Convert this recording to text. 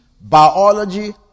biology